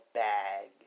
bag